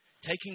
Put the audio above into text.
taking